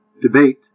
debate